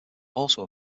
also